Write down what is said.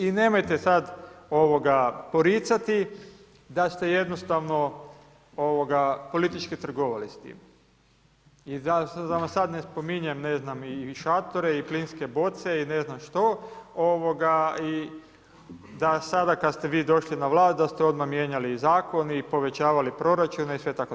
I nemojte sad poricati da ste jednostavno politički trgovali s tim i da vam sad ne spominjem i šatore i plinske boce i ne znam što i da sada kad ste vi došli na vlast da ste odmah mijenjali i Zakon i povećavali proračun i sve itd.